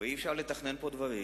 ואי-אפשר לתכנן פה דברים,